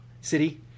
City